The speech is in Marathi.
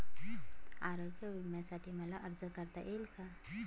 आरोग्य विम्यासाठी मला अर्ज करता येईल का?